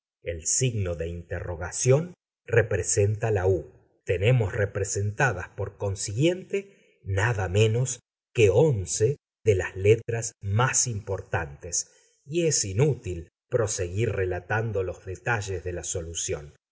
i n o r t u tenemos representadas por consiguiente nada menos que once de las letras más importantes y es inútil proseguir relatando los detalles de la solución